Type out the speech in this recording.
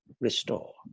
restore